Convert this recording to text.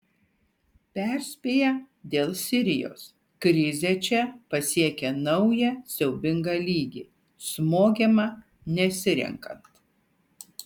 perspėja dėl sirijos krizė čia pasiekė naują siaubingą lygį smogiama nesirenkant